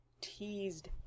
teased